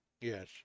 Yes